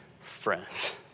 friends